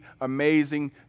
amazing